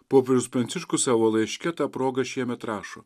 popiežius pranciškus savo laiške ta proga šiemet rašo